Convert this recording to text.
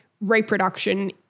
reproduction